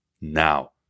now